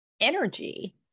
energy